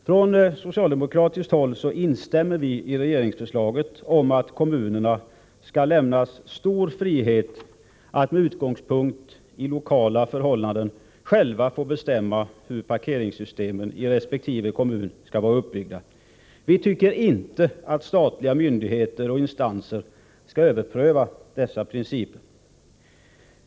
Från socialdemokratiskt håll instämmer vi i vad som sägs i regeringsförsla Skattefrihet för get om att kommunerna skall lämnas stor frihet att med utgångspunkt i lokala förhållanden själva bestämma hur parkeringssystemen i resp. kommuner skall vara uppbyggda. Vi tycker inte att statliga myndigheter och instanser skall överpröva dessa principer.